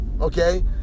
okay